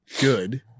good